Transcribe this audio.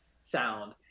sound